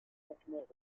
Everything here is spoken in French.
reprend